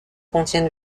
contient